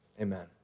Amen